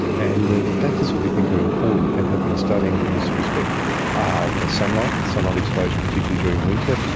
and the factors that we think are important and have been studying in this respect are you know sunlight, sunlight exposure, particularly during winter,